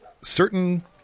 certain